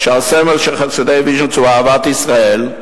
והסמל של חסידי ויז'ניץ הוא אהבת ישראל,